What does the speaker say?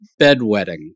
bedwetting